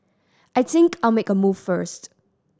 I think I'll make a move first